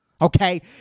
Okay